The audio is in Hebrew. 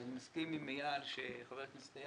ואני מסכים עם חבר הכנסת איל